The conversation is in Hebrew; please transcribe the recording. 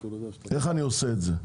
איך אני עושה את זה?